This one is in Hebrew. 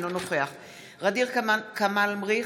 אינו נוכח ע'דיר כמאל מריח,